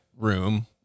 room